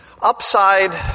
Upside